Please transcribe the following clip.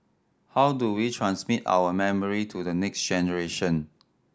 how do we transmit our memory to the next generation